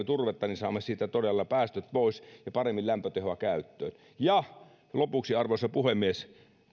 turvetta niin saamme todella päästöt pois ja paremmin lämpötehoa käyttöön ja lopuksi arvoisa puhemies